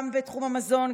גם בתחום המזון,